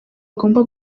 agomba